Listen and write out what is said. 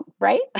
right